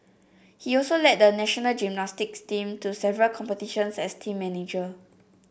he also led the national gymnastics team to several competitions as team manager